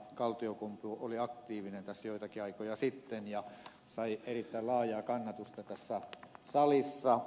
kaltiokumpu oli aktiivinen tässä joitakin aikoja sitten ja sai erittäin laajaa kannatusta tässä salissa